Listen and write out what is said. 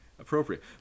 appropriate